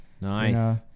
nice